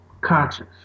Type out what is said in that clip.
conscious